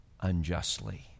unjustly